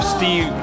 Steve